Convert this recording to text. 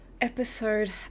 episode